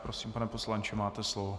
Prosím, pane poslanče, máte slovo.